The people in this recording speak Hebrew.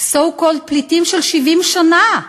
so called פליטים של 70 שנה,